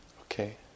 Okay